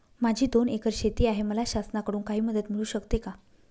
माझी दोन एकर शेती आहे, मला शासनाकडून काही मदत मिळू शकते का?